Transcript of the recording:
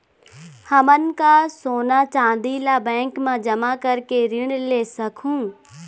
हमन का सोना चांदी ला बैंक मा जमा करके ऋण ले सकहूं?